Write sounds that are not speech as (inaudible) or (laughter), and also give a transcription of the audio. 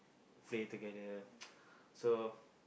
play together (noise) so